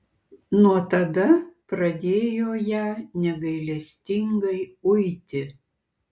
nuo tada pradėjo ją negailestingai uiti